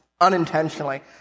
unintentionally